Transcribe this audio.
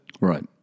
Right